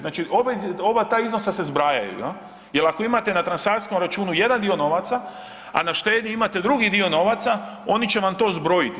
Znači oba ta iznosa se zbrajaju jel, jel ako imate na transakcijskom računu jedan dio novaca, a na štednji imate drugi dio novaca oni će vam to zbrojiti.